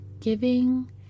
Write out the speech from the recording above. giving